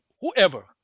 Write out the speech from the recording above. whoever